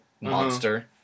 monster